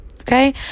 okay